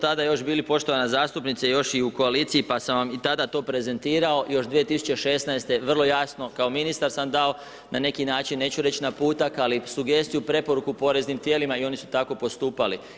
Mi smo tada još bili poštovana zastupnice još i u koaliciji pa sam vam i tada to prezentirao još 2016. vrlo jasno kao ministar sam dao na neki način, neću reći naputak ali sugestiju preporuku poreznim tijelima i oni su tako postupali.